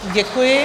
Děkuji.